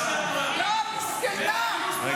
אוי.